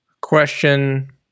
question